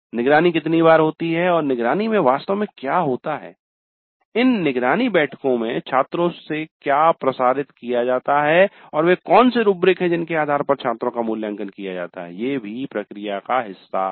निगरानी कितनी बार होती है और निगरानी में वास्तव में क्या होता है इन निगरानी बैठकों में छात्रों से क्या प्रसारित किया जाता हैं और वे कौन से रूब्रिक हैं जिनके आधार पर छात्रों का मूल्यांकन किया जाता है ये भी प्रक्रिया का हिस्सा हैं